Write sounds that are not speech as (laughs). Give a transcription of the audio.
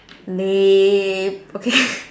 lame okay (laughs)